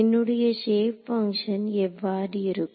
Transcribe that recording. என்னுடைய shape function எவ்வாறு இருக்கும்